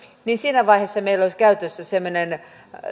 siinä vaiheessa meillä olisi käytössä semmoinen